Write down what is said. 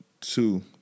two